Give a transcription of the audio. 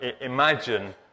imagine